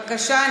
בבקשה.